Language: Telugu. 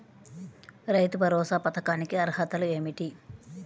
రైతు భరోసా పథకానికి అర్హతలు ఏమిటీ?